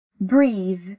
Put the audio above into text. breathe